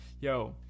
Yo